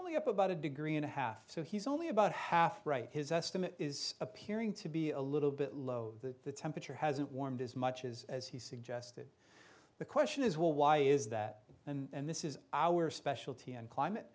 up about a degree and a half so he's only about half his estimate is appearing to be a little bit low the temperature hasn't warmed as much as as he suggested the question is well why is that and this is our specialty and